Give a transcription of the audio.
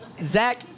Zach